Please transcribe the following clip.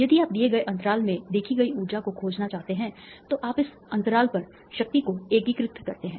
यदि आप दिए गए अंतराल में देखी गई ऊर्जा को खोजना चाहते हैं तो आप उस अंतराल पर शक्ति को एकीकृत करते हैं